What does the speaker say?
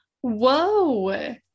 Whoa